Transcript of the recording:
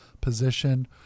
position